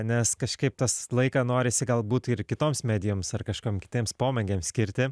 nes kažkaip tas laiką norisi galbūt ir kitoms medijoms ar kažkom kitiems pomėgiams skirti